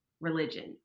religion